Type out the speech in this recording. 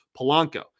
Polanco